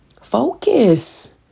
focus